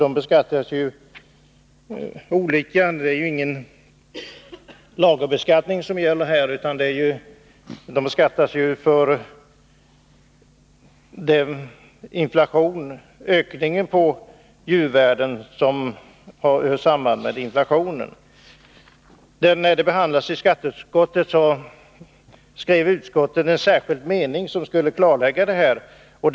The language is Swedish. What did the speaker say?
Det är inte fråga om någon lagerbeskattning, utan det är den ökning av djurvärdena som hör samman med inflationen som beskattas. När frågan behandlades i skatteutskottet skrev utskottet en särskild mening som skulle klarlägga förhållandena.